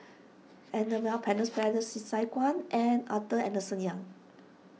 Annabel Pennefather Sei Sai Kuan and Arthur Henderson Young